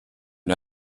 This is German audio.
der